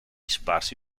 sparsi